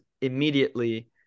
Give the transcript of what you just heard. immediately